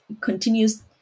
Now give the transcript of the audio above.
continues